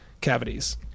cavities